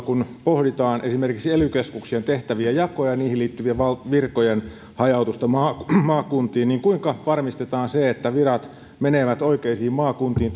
kun pohditaan esimerkiksi ely keskuksien tehtävien jakoja ja niihin liittyvien virkojen hajautusta maakuntiin maakuntiin niin kuinka varmistetaan se että virat menevät oikeisiin maakuntiin